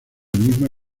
misma